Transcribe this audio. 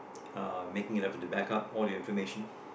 uh making an effort to back up all your information